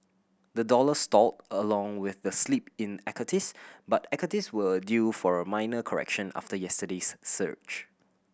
the dollar stalled along with the slip in equities but equities were due for a minor correction after yesterday's surge